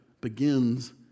begins